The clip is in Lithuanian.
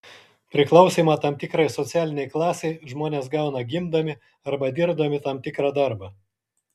priklausymą tam tikrai socialinei klasei žmonės gauna gimdami arba dirbdami tam tikrą darbą